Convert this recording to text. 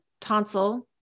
tonsil